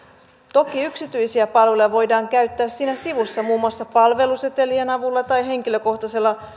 toki yksityisiä palveluja voidaan käyttää siinä sivussa muun muassa palvelusetelien avulla tai henkilökohtaisella